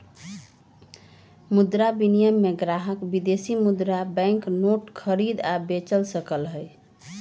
मुद्रा विनिमय में ग्राहक विदेशी मुद्रा बैंक नोट खरीद आ बेच सकलई ह